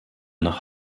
nach